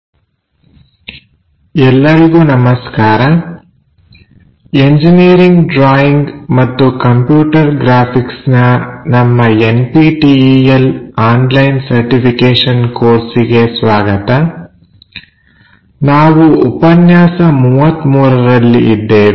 orthographic projection II ಭಾಗ 3 ಎಲ್ಲರಿಗೂ ನಮಸ್ಕಾರ ಎಂಜಿನಿಯರಿಂಗ್ ಡ್ರಾಯಿಂಗ್ ಮತ್ತು ಕಂಪ್ಯೂಟರ್ ಗ್ರಾಫಿಕ್ಸ್ ನ ನಮ್ಮ N P T E L online certification ಕೋರ್ಸಿಗೆ ಸ್ವಾಗತ ನಾವು ಉಪನ್ಯಾಸ 33 ರಲ್ಲಿ ಇದ್ದೇವೆ